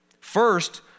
First